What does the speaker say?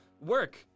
work